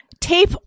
tape